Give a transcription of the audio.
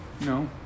No